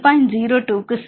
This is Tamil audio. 02 க்கு சமம்